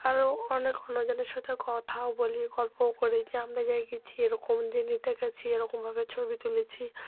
আরও অনেক অন্যজনের সাথে কথাও বলি গল্পও করি যে আমরা যাই গিয়েছি এরকম জিনিস দেখেছি এরকমভাবে ছবি তুলেছি